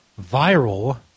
viral